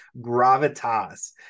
gravitas